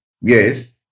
Yes